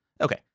Okay